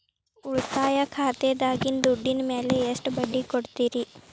ಉಳಿತಾಯ ಖಾತೆದಾಗಿನ ದುಡ್ಡಿನ ಮ್ಯಾಲೆ ಎಷ್ಟ ಬಡ್ಡಿ ಕೊಡ್ತಿರಿ?